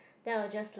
then I will just like